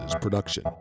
production